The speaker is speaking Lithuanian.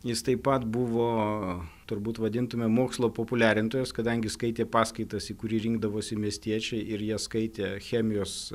jis taip pat buvo turbūt vadintume mokslo populiarintojas kadangi skaitė paskaitas į kurį rinkdavosi miestiečiai ir jie skaitė chemijos